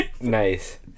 nice